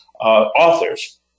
authors